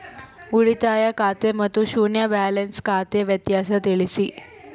ಉಳಿತಾಯ ಖಾತೆ ಮತ್ತೆ ಶೂನ್ಯ ಬ್ಯಾಲೆನ್ಸ್ ಖಾತೆ ವ್ಯತ್ಯಾಸ ತಿಳಿಸಿ?